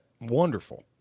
Wonderful